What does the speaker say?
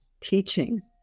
teachings